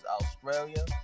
Australia